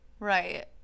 right